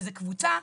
כשזה קבוצה,